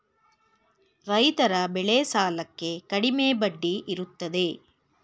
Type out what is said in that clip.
ರೈತರ ಬೆಳೆ ಸಾಲಕ್ಕೆ ಕಡಿಮೆ ಬಡ್ಡಿ ಇರುತ್ತದೆ